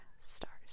stars